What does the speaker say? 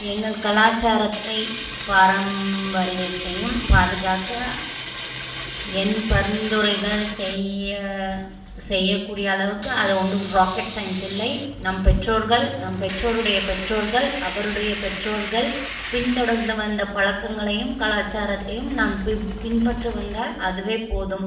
எங்கள் கலாச்சாரத்தை பாரம்பரியத்தையும் பாதுகாக்க என் பரிந்துரைகள் செய்ய செய்யக்கூடிய அளவுக்கு அது ஒன்றும் ராக்கெட் சையின்ஸ் இல்லை நம் பெற்றோர்கள் நம் பெற்றோருடைய பெற்றோர்கள் அவருடைய பெற்றோர்கள் பின் தொடர்ந்து வந்த பழக்கங்களையும் கலாச்சாரத்தையும் நான் பின் பின்பற்ற வந்தால் அதுவே போதும்